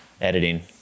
Editing